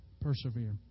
persevere